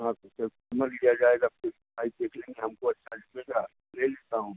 हाँ तो फिर समझ भी आ जाएगा फिर भाई देख लेंगें हमको अच्छा लगेगा तो ले लेता हूँ